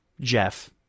jeff